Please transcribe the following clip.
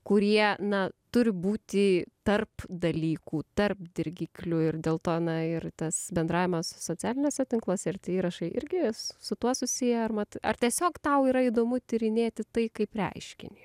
kurie na turi būti tarp dalykų tarp dirgiklių ir dėl to na ir tas bendravimas socialiniuose tinkluose ir tie įrašai irgi su tuo susiję ar mat ar tiesiog tau yra įdomu tyrinėti tai kaip reiškinį